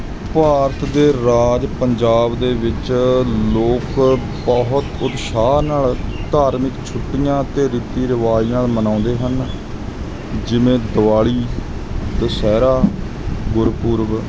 ਭਾਰਤ ਦੇ ਰਾਜ ਪੰਜਾਬ ਦੇ ਵਿੱਚ ਲੋਕ ਬਹੁਤ ਉਤਸ਼ਾਹ ਨਾਲ ਧਾਰਮਿਕ ਛੁੱਟੀਆਂ ਅਤੇ ਰੀਤੀ ਰਿਵਾਈਆਂ ਮਨਾਉਂਦੇ ਹਨ ਜਿਵੇਂ ਦੀਵਾਲੀ ਦੁਸਹਿਰਾ ਗੁਰਪੂਰਬ